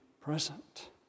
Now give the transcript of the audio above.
present